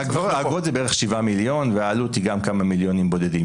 האגרות הם בערך 7,000,000 שקלים והעלות היא גם כמה מיליונים בודדים.